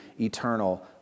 eternal